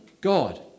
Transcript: God